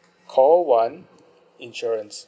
call one insurance